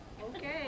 Okay